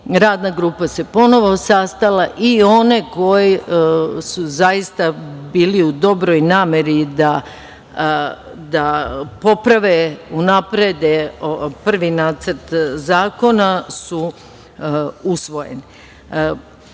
Radna grupa se ponovo sastala i one koji su zaista bili u dobroj nameri da poprave, unaprede prvi nacrt zakona, su usvojeni.